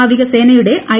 നാവികസേനയുടെ ഐ